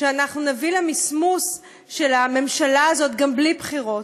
שאנחנו נביא למסמוס של הממשלה הזאת גם בלי בחירות,